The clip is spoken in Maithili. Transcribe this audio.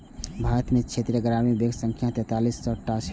भारत मे क्षेत्रीय ग्रामीण बैंकक संख्या तैंतालीस टा छै